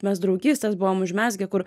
mes draugystes buvom užmezgę kur